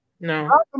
No